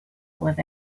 with